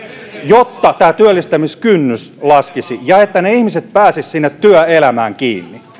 jotta tämä työllistämiskynnys laskisi ja jotta ne ihmiset pääsisivät sinne työelämään kiinni